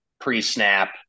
pre-snap